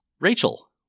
Rachel